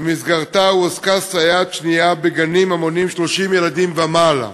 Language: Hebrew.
ובמסגרתה הועסקה סייעת שנייה בגנים המונים 30 ילדים ומעלה.